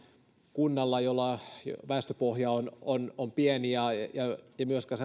kunnalla jolla väestöpohja on on pieni ei ole myöskään